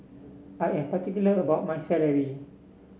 I am particular about my satay